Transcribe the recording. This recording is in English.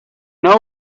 know